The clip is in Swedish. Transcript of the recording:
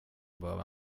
behöver